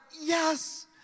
yes